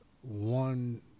one